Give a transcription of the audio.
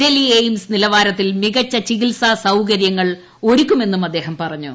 Delhi AIIMS നിലവാരത്തിൽ മികച്ച ചികിത്സാ സൌകര്യങ്ങൾ ഒരുക്കുമെന്നും അദ്ദേഹം പറഞ്ഞു